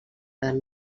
del